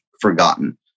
forgotten